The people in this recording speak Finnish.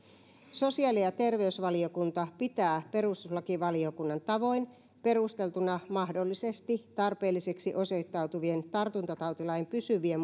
sosiaali ja terveysvaliokunta pitää perustuslakivaliokunnan tavoin perusteltuna mahdollisesti tarpeellisiksi osoittautuvien tartuntatautilain pysyvien